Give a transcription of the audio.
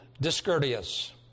discourteous